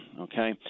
okay